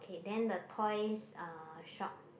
okay then the toys uh shop